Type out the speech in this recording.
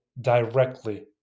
directly